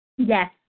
Yes